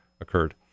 occurred